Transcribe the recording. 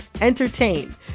entertain